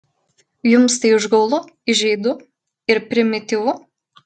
jums tai užgaulu įžeidu ir primityvu